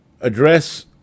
address